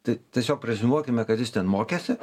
tai tiesiog preziumuokime kad jis ten mokėsi